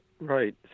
Right